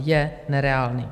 Je nereálný.